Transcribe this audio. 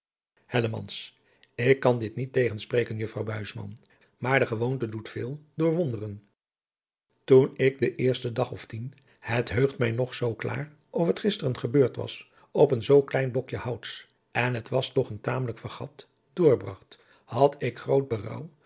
ik kan dit niet tegenspreken juffrouw buisman maar de gewoonte doet veel doer wonderen toen ik de eerste dag of tien het heugt mij nog zoo klaar of het gisteren gebeurd was op een zoo klein blokje houts en het was toch een tamelijk fregat doorbragt had ik